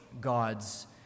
God's